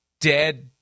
dead